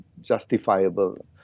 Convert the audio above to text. justifiable